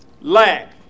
lack